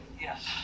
Yes